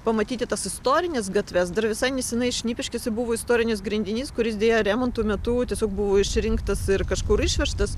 pamatyti tas istorines gatves dar visai neseniai šnipiškėse buvo istorinis grindinys kuris deja remontų metu tiesiog buvo išrinktas ir kažkur išverstas